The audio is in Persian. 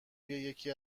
یکی